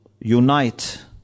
unite